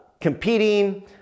competing